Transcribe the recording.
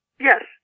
Yes